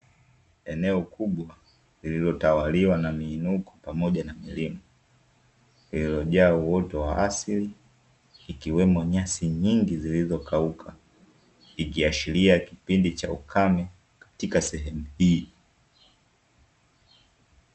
Eneo kubwa lililotawaliwa na miinuko pamoja na milima, lililojaa uoto wa asili ikiwemo nyasi nyingi zilizokauka, ikiashiria kipindi cha ukame katika sehemu hii.